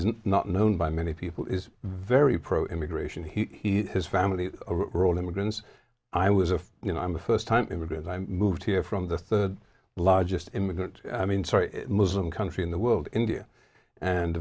isn't not known by many people is very pro immigration he his family are all immigrants i was a you know i'm a first time immigrant i moved here from the third largest immigrant i mean sorry muslim country in the world india and